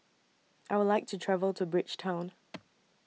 I Would like to travel to Bridgetown